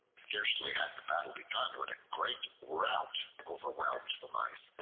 scarcely had the battle begun, when a great rout overwhelmed the mice,